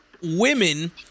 women